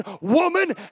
woman